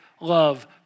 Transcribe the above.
love